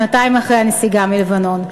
שנתיים אחרי הנסיגה מלבנון?